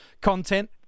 content